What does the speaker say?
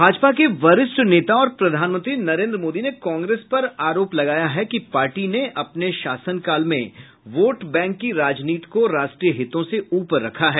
भाजपा के वरिष्ठ नेता और प्रधानमंत्री नरेन्द्र मोदी ने कांग्रेस पर आरोप लगाया है कि पार्टी ने अपने शासनकाल में वोटबैंक की राजनीति को राष्ट्रीय हितों से ऊपर रखा है